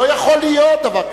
לא יכול להיות דבר כזה.